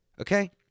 Okay